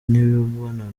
n’imibonano